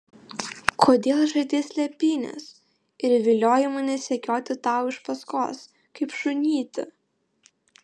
kodėl žaidei slėpynes ir viliojai mane sekioti tau iš paskos kaip šunytį